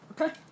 Okay